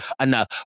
enough